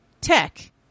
tech